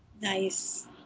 Nice